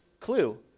Clue